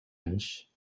anys